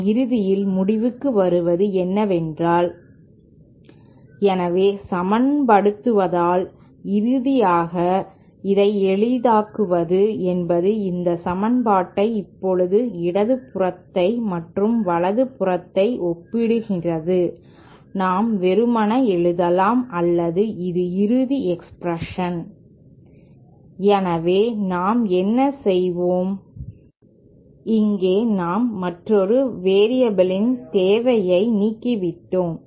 நாம் இறுதியில் முடிவுக்கு வருவது என்னவென்றால் எனவே சமன்படுத்துதல் இறுதியாக இதை எளிதாக்குவது என்பது இந்த சமன்பாட்டை இப்போது இடது புறத்தை மற்றும் வலது புறத்தை ஒப்பிடுகிறது நாம் வெறுமனே எழுதலாம் அல்லது இது இறுதி எக்ஸ்பிரஷன் எனவே நாம் என்ன செய்தோம் இங்கே நாம் மற்றொரு வேரியபில் தேவையை நீக்கிவிட்டோம்